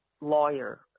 lawyer